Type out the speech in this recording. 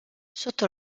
sotto